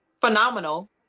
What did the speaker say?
phenomenal